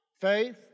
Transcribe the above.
faith